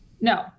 No